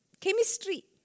Chemistry